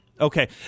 Okay